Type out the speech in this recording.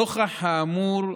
נוכח האמור,